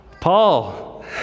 Paul